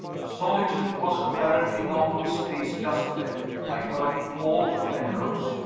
solitude was apparently not to his taste just then. i heard him call to penrose.